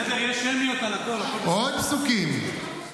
עוד פסוקים: